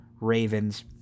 Ravens